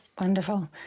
Wonderful